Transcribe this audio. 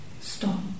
stop